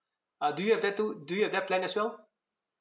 uh do you have that too do you have that plan as well